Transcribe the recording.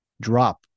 drop